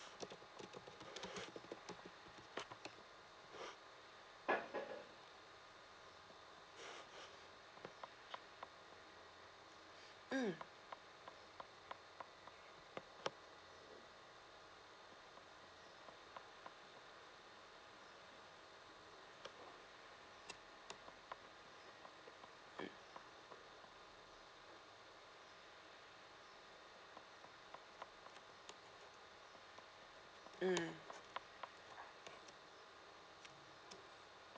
mm mm mm